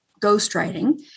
ghostwriting